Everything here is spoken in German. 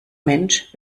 mensch